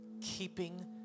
Keeping